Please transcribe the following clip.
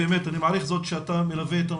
מעריך שאתה מלווה,